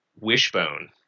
Wishbone